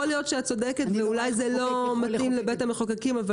יכול להיות שאת צודקת ואולי זה לא מתאים לבית המחוקקים אבל